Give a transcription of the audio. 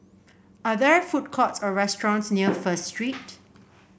are there food courts or restaurants near First Street